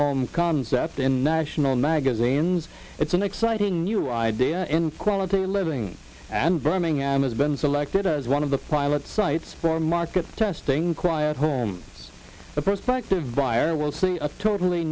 home concept in national magazines it's an exciting new idea in quality living and birmingham has been selected as one of the private sites for market testing cry at home the prospect of buyer will see a totally